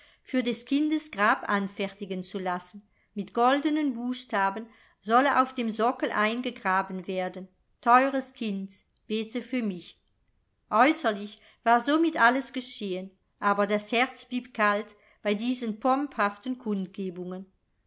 für des kindes grab anfertigen zu lassen mit goldenen buchstaben solle auf dem sockel eingegraben werden teures kind bete für mich aeußerlich war somit alles geschehen aber das herz blieb kalt bei diesen pomphaften kundgebungen